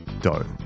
dough